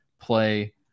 play